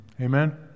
Amen